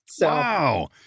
Wow